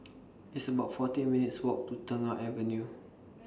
It's about fourteen minutes' Walk to Tengah Avenue